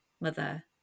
mother